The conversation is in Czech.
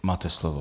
Máte slovo.